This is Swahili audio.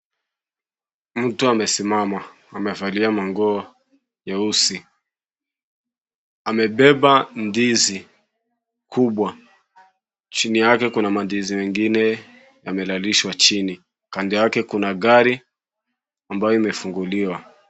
Mtu amesimama, amevalia manguo nyeusi. Amebeba ndizi kubwa, chini yake kuna mandizi mengine yamelalishwa chini. Kando yake kuna gari ambayo imefunguliwa.